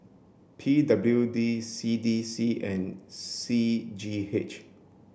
P W D C D C and C G H